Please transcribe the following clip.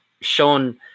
shown